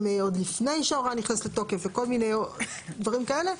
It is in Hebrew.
עוד לפני שההוראה נכנסת לתוקף וכל מיני דברים כאלה,